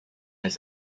his